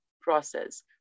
process